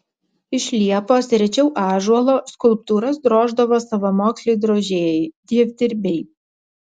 iš liepos rečiau ąžuolo skulptūras droždavo savamoksliai drožėjai dievdirbiai